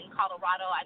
Colorado